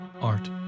art